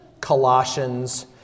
Colossians